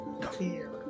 clear